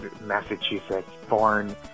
Massachusetts-born